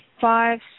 five